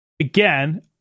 again